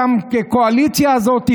אותה קואליציה הזאת,